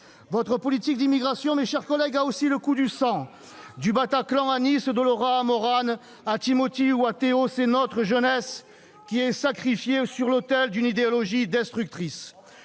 votre politique d'immigration a aussi le coût du sang. Du Bataclan à Nice, de Laura et Mauranne à Thimothy ou à Théo, c'est notre jeunesse qui est sacrifiée sur l'autel d'une idéologie destructrice.